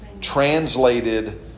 translated